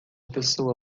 pessoa